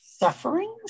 Sufferings